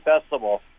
festival